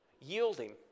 yielding